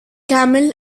camel